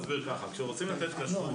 אסביר כך: כשרוצים לתת כשרות,